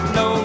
no